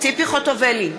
ציפי חוטובלי,